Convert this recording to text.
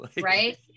Right